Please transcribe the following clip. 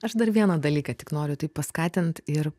aš dar vieną dalyką tik noriu taip paskatint ir